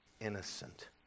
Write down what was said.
innocent